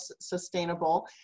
sustainable